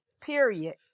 Period